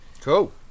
cool